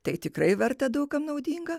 tai tikrai verta daug kam naudinga